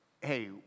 Hey